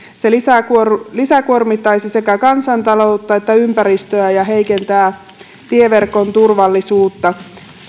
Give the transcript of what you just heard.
se lisäkuormittaisi sekä kansantaloutta että ympäristöä ja heikentäisi tieverkon turvallisuutta